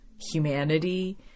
humanity